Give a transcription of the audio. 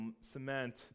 cement